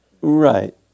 Right